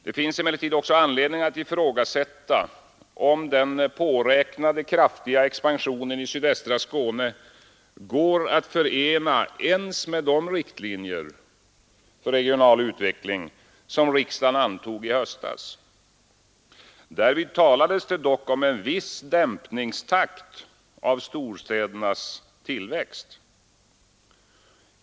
Det finns emellertid också anledning ifrågasätta om den påräknade kraftiga expansionen i sydvästra Skåne går att förena ens med de riktlinjer för regional utveckling som riksdagen antog i höstas. Därvid talades dock om en viss dämpningstakt av storstädernas tillväxt.